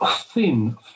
thin